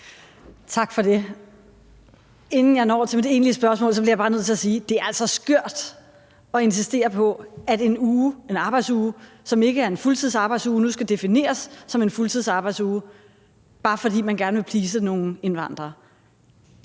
Tak for det. Inden jeg når til mit egentlige spørgsmål, bliver jeg bare nødt til at sige, at det altså er skørt at insistere på, at en arbejdsuge, som ikke er en fuldtidsarbejdsuge, nu skal defineres som et fuldtidsarbejdsuge, bare fordi man gerne vil please nogle indvandrere.